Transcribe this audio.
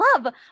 love